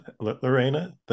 Lorena